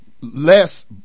less